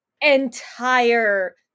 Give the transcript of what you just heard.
entire